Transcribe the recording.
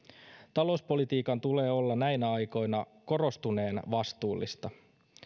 talouspolitiikan tulee olla näinä aikoina korostuneen vastuullista